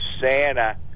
Santa